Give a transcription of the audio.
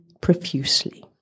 profusely